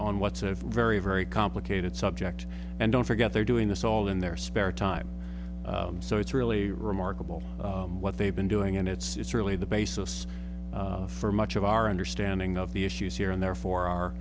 on what's a very very complicated subject and don't forget they're doing this all in their spare time so it's really remarkable what they've been doing and it's really the basis for much of our understanding of the issues here and therefore our